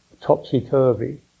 topsy-turvy